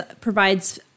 provides